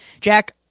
Jack